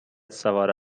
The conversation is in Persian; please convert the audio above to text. سوار